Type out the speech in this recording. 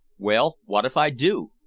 well, wot if i do?